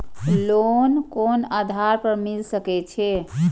Loan कोन आधार पर मिल सके छे?